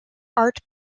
art